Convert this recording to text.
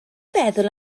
feddwl